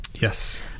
Yes